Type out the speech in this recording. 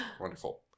Wonderful